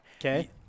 Okay